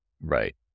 Right